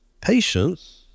patience